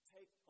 Take